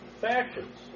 factions